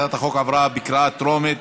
הצעת החוק עברה בקריאה טרומית,